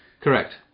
Correct